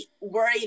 worried